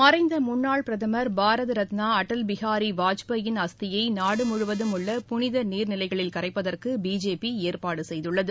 மறைந்த முன்னாள் பிரதமர் பாரத ரத்னா அடல் பிகாரி வாஜ்பாயின் அஸ்தியை நாடு முழுவதும் உள்ள புனித நீர்நிலைகளில் கரைப்பதற்கு பிஜேபி ஏற்பாடு செய்துள்ளது